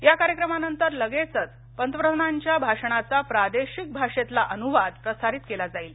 या कार्यक्रमानंतर लगेचच पंतप्रधानांच्या भाषणाचा प्रादेशिक भाषेतला अनुवाद प्रसारित केला जाईल